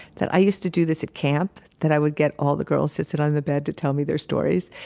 that i used to do this at camp, that i would get all the girls to sit on the bed to tell me their stories.